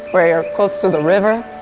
where you're close to the river,